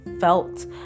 felt